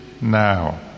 now